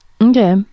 Okay